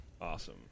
awesome